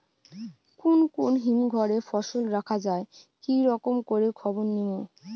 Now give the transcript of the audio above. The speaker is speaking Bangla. কুন কুন হিমঘর এ ফসল রাখা যায় কি রকম করে খবর নিমু?